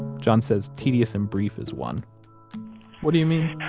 john says tedious and brief is one what do you mean,